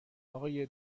آقای